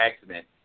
accident